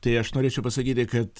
tai aš norėčiau pasakyti kad